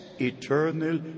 eternal